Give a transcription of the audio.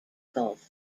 gulf